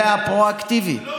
זה פרו-אקטיבי,